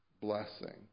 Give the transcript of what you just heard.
blessing